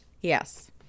Yes